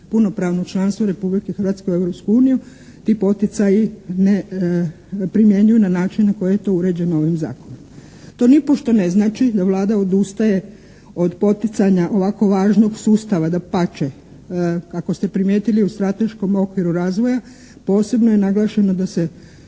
punopravno članstvo Republike Hrvatske u Europsku uniju i poticaji ne primjenjuju na način na koji je to uređeno ovim zakonom. To nipošto ne znači da Vlada odustaje od poticanja ovako važnog sustava. Dapače, ako ste primijetili u strateškom okviru razvoja posebno je naglašeno da se